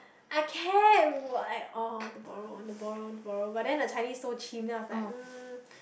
I kept oh I want to borrow I want to borrow I want to borrow but then the Chinese so chim then I was like mm